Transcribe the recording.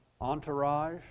entourage